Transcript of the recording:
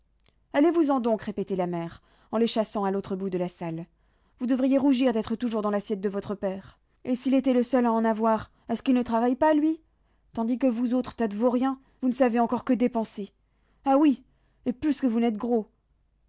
allez-vous-en donc répétait la mère en les chassant à l'autre bout de la salle vous devriez rougir d'être toujours dans l'assiette de votre père et s'il était le seul à en avoir est-ce qu'il ne travaille pas lui tandis que vous autres tas de vauriens vous ne savez encore que dépenser ah oui et plus que vous n'êtes gros